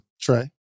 Trey